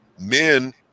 men